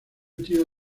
tío